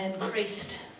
increased